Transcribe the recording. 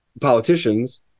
politicians